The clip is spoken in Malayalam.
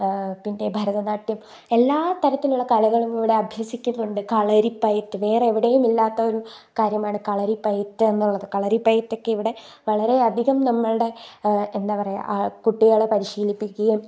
പിന്നെ ഭരതനാട്യം എല്ലാ തരത്തിലുള്ള കലകളും ഇവിടെ അഭ്യസിക്കുന്നുണ്ട് കളരിപ്പയറ്റ് വേറെവിടെയും ഇല്ലാത്ത ഒരു കാര്യമാണ് കളരിപ്പയറ്റ് എന്നുള്ളത് കളരിപ്പയറ്റൊക്കെ ഇവിടെ വളരെ അധികം നമ്മളുടെ എന്താപറയുക കുട്ടികളെ പരിശീലിപ്പിക്കുകയും